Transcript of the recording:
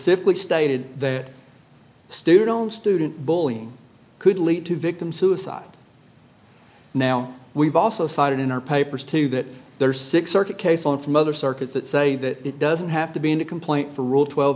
specifically stated that student on student bullying could lead to victim suicide now we've also cited in our papers too that there are six circuit case on from other circuits that say that it doesn't have to be in a complaint for rule twelve